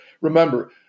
Remember